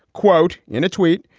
quote in a tweet,